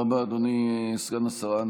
תודה רבה, אדוני סגן השרה.